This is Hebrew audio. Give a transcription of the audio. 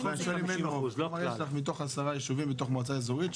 למה יש לך מתוך 10 ישובים בתוך מועצה אזורית,